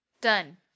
Done